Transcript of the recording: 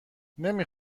نمی